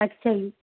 ਅੱਛਾ ਜੀ